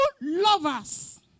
lovers